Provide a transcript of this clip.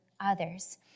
others